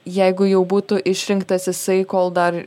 jeigu jau būtų išrinktas jisai kol dar